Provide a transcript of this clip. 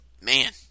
man